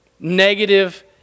negative